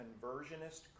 conversionist